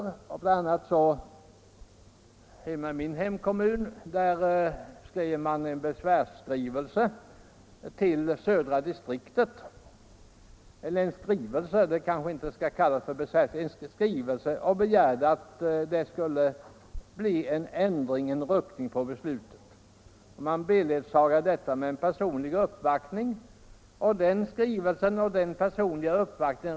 I bl.a. min hemkommun skickade man en skrivelse till södra distriktet och begärde ändring av beslutet. Man följde upp skrivelsen med en personlig uppvaktning.